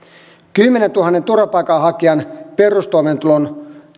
kymmenentuhannen turvapaikanhakijan perustoimeentulon